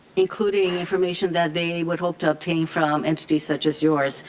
including information that they would hope to obtain from entities such as yours,